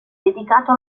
dedicato